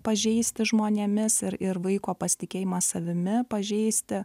pažeisti žmonėmis ir ir vaiko pasitikėjimą savimi pažeisti